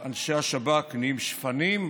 אנשי השב"כ נהיים שפנים,